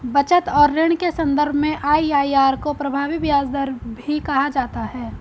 बचत और ऋण के सन्दर्भ में आई.आई.आर को प्रभावी ब्याज दर भी कहा जाता है